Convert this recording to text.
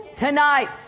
Tonight